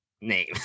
name